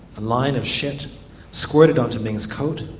line of shit squirted onto ming's coat.